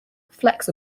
flex